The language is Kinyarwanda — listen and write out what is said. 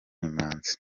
imanzi